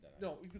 No